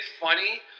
funny